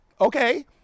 okay